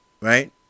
right